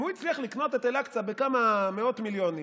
אם הוא הצליח לקנות את אל-אקצא בכמה מאות מיליונים,